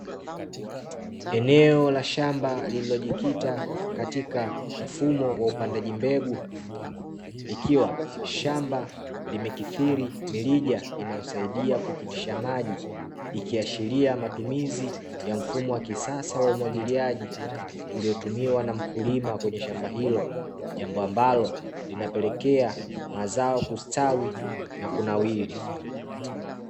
Eneo la shamba lililojikita katika mfumo wa upandaji mbegu, ikiwa shamba limekithiri mirija inayosaidia kupitisha maji, ikiashiria matumizi ya mfumo wa kisasa wa umwagiliaji, uliotumiwa na mkulima kwenye shamba hilo, jambo ambalo linapelekea mazao kustawi na kunawiri .